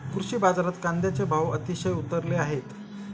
कृषी बाजारात कांद्याचे भाव अतिशय उतरले आहेत